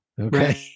Okay